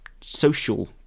social